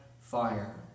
fire